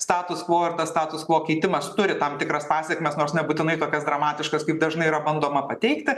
status kvuo ir tas status kvuo keitimas turi tam tikras pasekmes nors nebūtinai tokias dramatiškas kaip dažnai yra bandoma pateikti